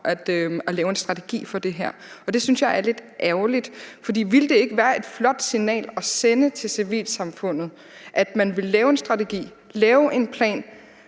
at lave en strategi for det her, og det synes jeg er lidt ærgerligt, for ville det ikke være et flot signal at sende til civilsamfundet, at man vil lave en strategi, lave en plan,